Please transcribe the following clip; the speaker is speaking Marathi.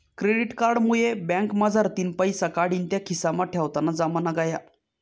क्रेडिट कार्ड मुये बँकमझारतीन पैसा काढीन त्या खिसामा ठेवताना जमाना गया